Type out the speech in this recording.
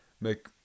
make